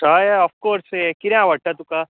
थंय ऑफकोर्स ह्यें किदें आवडटा तुकां